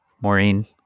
Maureen